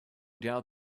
doubt